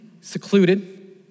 secluded